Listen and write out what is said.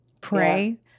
pray